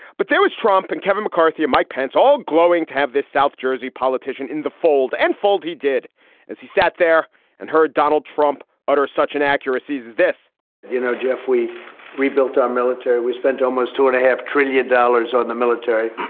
but there was trump and kevin mccarthy of mike pence all glowing to have this south jersey politician in the fold and fold. he did as he sat there and heard donald trump utter such an accuracy's as this you know, jeff, we rebuilt our military. we spent almost two and a half trillion dollars on the military.